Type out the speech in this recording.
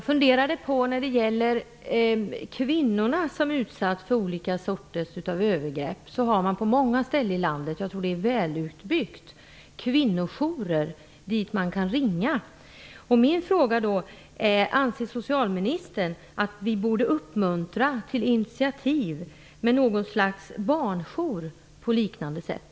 Fru talman! För kvinnor som utsätts för olika sorter av övergrepp finns det ju på många ställen i landet -- jag tror att det är välutbyggt -- kvinnojourer, dit man kan ringa. Anser socialministern att vi borde uppmuntra till initiativ till något slags barnjour på liknande sätt?